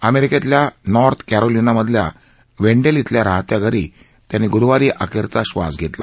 अमरिकेतल्या North कॅरोलिनामधल्या Wendell इथल्या राहत्या घरी त्यांनी ग्रुवारी अखेरचा श्वास घेतला